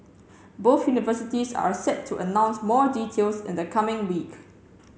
both universities are set to announce more details in the coming week